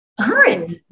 Current